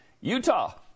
Utah